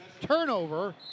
Turnover